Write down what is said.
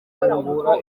bafungura